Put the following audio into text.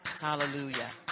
Hallelujah